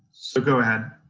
so go ahead.